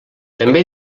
també